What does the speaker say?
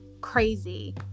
crazy